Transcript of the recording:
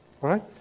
right